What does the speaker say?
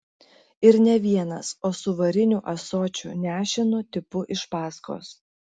ir ne vienas o su variniu ąsočiu nešinu tipu iš paskos